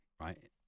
Right